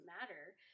matter